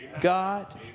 God